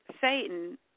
Satan